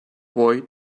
boy